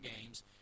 games